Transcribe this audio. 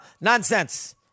Nonsense